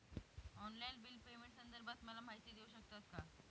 Online bill पेमेंटसंदर्भात मला माहिती देऊ शकतात का?